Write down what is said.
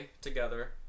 together